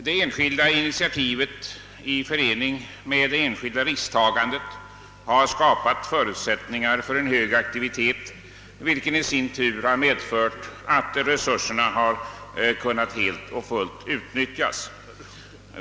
Det enskilda initiativet i förening med det enskilda risktagandet har skapat förutsättningar för en hög aktivitet, vilken i sin tur har medfört att våra resurser har kunnat helt och fullt utnyttjas.